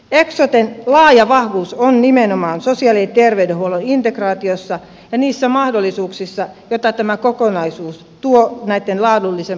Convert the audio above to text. eksoten laaja vahvuus on nimenomaan sosiaali ja terveydenhuollon integraatiossa ja niissä mahdollisuuksissa joita tämä kokonaisuus tuo näitten laadullisten palveluiden kehittämiseen